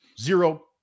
zero